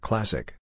Classic